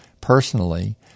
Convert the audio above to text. personally